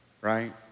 right